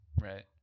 Right